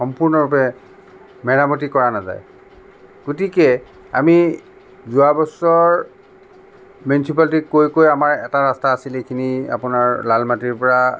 সম্পূৰ্ণৰূপে মেৰামতি কৰা নাযায় গতিকে আমি যোৱা বছৰ মিউনিচিপালিটিক কৈ কৈ আমাৰ এটা ৰাস্তা আছিলে সেইখিনি আপোনাৰ লালমাটিৰপৰা